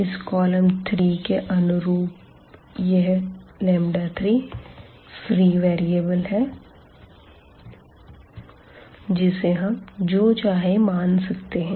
इस कॉलम 3 के अनुरूप यह 3फ्री वेरिएबल है जिसे हम जो चाहे मान सकते हैं